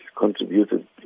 contributed